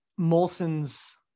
Molson's